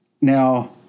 Now